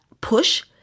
push